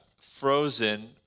frozen